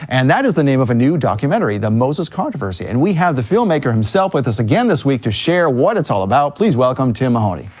and that is the name of a new documentary, the moses controversy, and we have the filmmaker himself with us again this week to share what it's all about, please welcome tim mahoney.